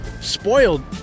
spoiled